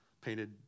painted